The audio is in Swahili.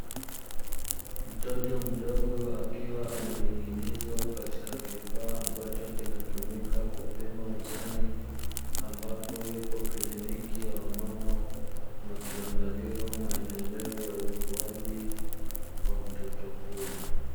Mtoto mdogo akiwa amening'inizwa katika kifaa ambacho kinatumika kupima uzani, ambapo yupo kiliniki ya wamama wakiangaliwa maendeleo ya ukuaji wa mtoto huyo.